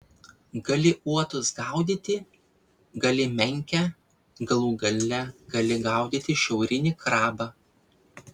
gali uotus gaudyti gali menkę galų gale gali gaudyti šiaurinį krabą